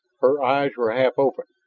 her eyes were half open,